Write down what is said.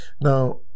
Now